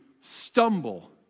stumble